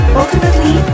ultimately